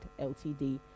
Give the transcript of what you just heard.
LTD